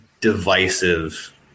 divisive